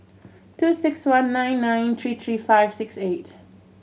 two six one nine nine three three five six eight